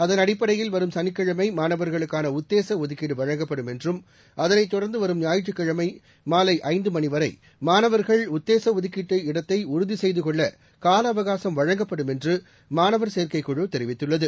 அதன் அடிப்படையில் வரும் சனிக்கிழமை மாணவர்களுக்கான உத்தேச ஒதுக்கீடு வழங்கப்படும் என்றும் அதைத் தொடர்ந்து வரும் ஞாயிற்றுக்கிழமை மாலை ஐந்து மணிவரை மாணவர்கள் உத்தேச ஒதுக்கீட்டு இடத்தை உறுதி செய்து கொள்ள கால அவகாசம் வழங்கப்படும் என்று மாணவர் சேர்க்கைக்குழு தெரிவித்துள்ளது